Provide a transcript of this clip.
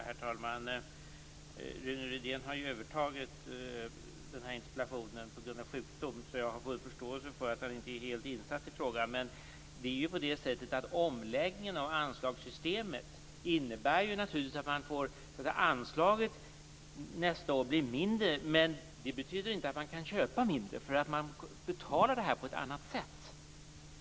Herr talman! Rune Rydén har ju övertagit den här interpellationen på grund av sjukdom, så jag har full förståelse för att han inte är helt insatt i frågan. Omläggningen av anslagssystemet innebär visserligen att anslaget nästa år blir mindre. Men det betyder inte att man kan köpa mindre, för man betalar det här på ett annat sätt.